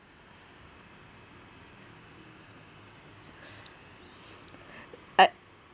at